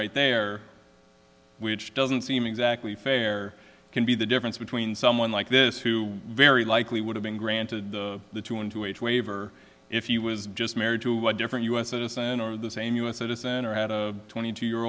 right there which doesn't seem exactly fair can be the difference between someone like this who very likely would have been granted the the two hundred two age waiver if he was just married to a different us citizen or the same us citizen or had a twenty two year